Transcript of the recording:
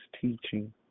teaching